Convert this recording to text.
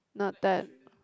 not that